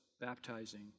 baptizing